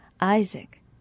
Isaac